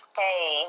hey